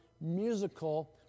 Musical